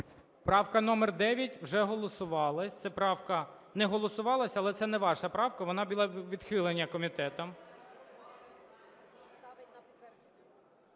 Правка номер 9 вже голосувалась. Ця правка не голосувалась, але це не ваша правка, вона була відхилена комітетом.